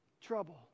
trouble